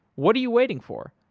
what are you waiting for?